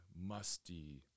musty